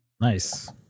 nice